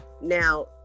Now